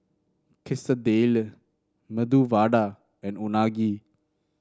Quesadillas Medu Vada and Unagi